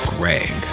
Greg